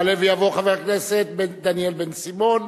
יעלה ויבוא חבר הכנסת דניאל בן-סימון.